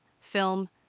film